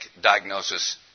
diagnosis